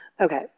Okay